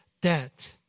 debt